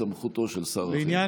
בתחום סמכותו של שר אחר.